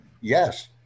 Yes